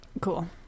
Cool